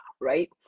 right